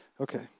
Okay